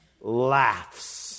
laughs